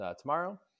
tomorrow